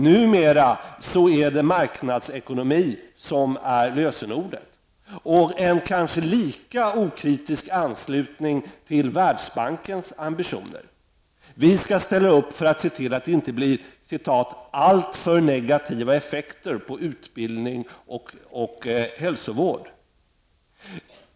Numera är marknadsekonomi lösenordet, och det är fråga om en kanske lika okritisk anslutning till Världsbankens ambitioner. Vi skall ställa upp för att se till att det inte blir ''alltför negativa effekter på utbildning och hälsovård''.